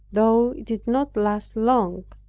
though it did not last long.